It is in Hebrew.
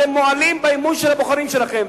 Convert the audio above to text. אתם מועלים באמון של הבוחרים שלכם.